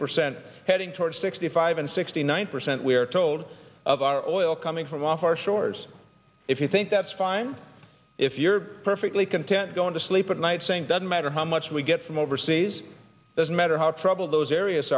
percent heading towards sixty five and sixty one percent we're told of our oil coming from off our shores if you think that's fine if you're perfectly content going to sleep at night saying doesn't matter how much we get from overseas doesn't matter how troubled those areas